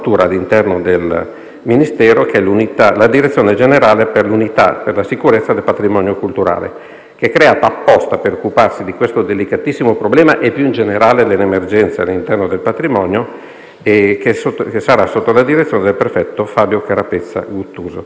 sull'impiego innovativo delle Forze armate al servizio del Paese: si tratta di utilizzare i dati che la Difesa ha a disposizione, attraverso l'uso dei satelliti e dei droni, per monitorare eventuali fenomeni di dissesto idrogeologico legati ai beni